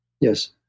Yes